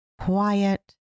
quiet